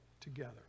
together